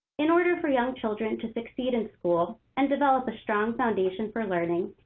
in order for young children to succeed in school and develop a strong foundation for learning,